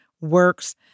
works